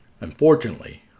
Unfortunately